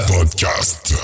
Podcast